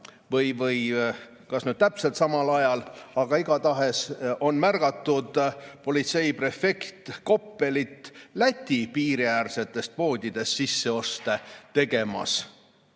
või kas nüüd just täpselt samal ajal, aga igatahes on märgatud politseiprefekt Koppelit Läti piiriäärsetes poodides sisseoste tegemas.